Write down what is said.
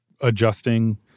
adjusting